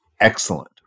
Excellent